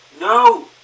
No